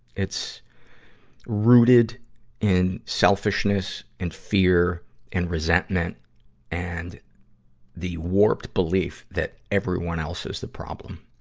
it's rooted in selfishness and fear and resentment and the warped belief that everyone else is the problem.